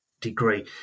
degree